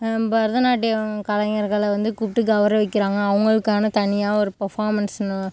பரதநாட்டியம் கலைஞர்களை வந்து கூப்பிட்டு கௌரவிக்கிறாங்க அவங்களுக்கான தனியாக ஒரு ஃபெர்பார்மென்ஸ்ன்னு